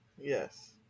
yes